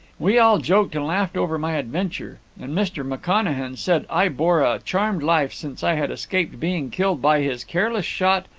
we all joked and laughed over my adventure, and mr. mcconachan said i bore a charmed life, since i had escaped being killed by his careless shot,